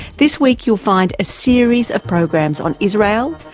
this week you'll find a series of programs on israel,